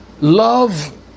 Love